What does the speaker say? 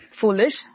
foolish